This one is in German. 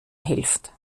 hilft